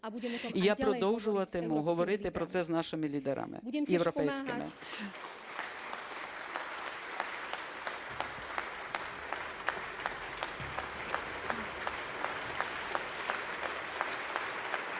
я продовжуватиму говорити про це з нашими лідерами європейськими.